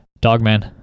Dogman